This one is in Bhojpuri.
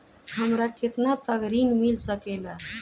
हमरा केतना तक ऋण मिल सके ला?